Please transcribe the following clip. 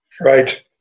Right